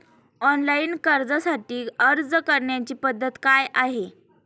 Online कर्जासाठी अर्ज करण्याची पद्धत काय आहे?